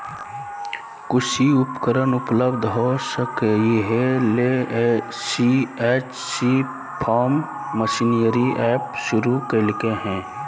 कृषि उपकरण उपलब्ध हो सके, इहे ले सी.एच.सी फार्म मशीनरी एप शुरू कैल्के हइ